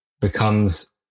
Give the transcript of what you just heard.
becomes